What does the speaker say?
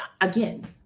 again